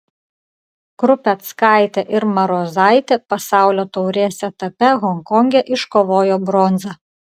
krupeckaitė ir marozaitė pasaulio taurės etape honkonge iškovojo bronzą